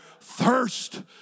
thirst